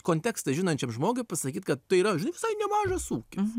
kontekstą žinančiam žmogui pasakyt kad tai yra žinai visai nemažas ūkis